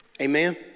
Amen